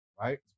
right